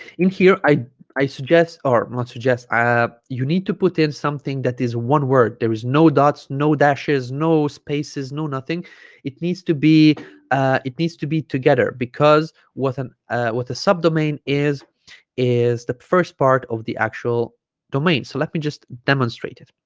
in here i i suggest or not suggest ah you need to put in something that is one word there is no dots no dashes no spaces no nothing it needs to be it needs to be together because what an ah what the subdomain is is the first part of the actual domain so let me just demonstrate it